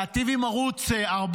להיטיב עם ערוץ 14?